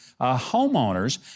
homeowners